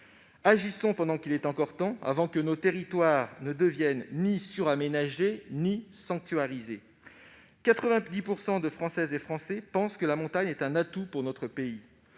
Agissons pendant qu'il en est encore temps, avant que ces territoires ne deviennent suraménagés ou sanctuarisés ! Parmi les Français, 90 % considèrent que la montagne est un atout pour le pays.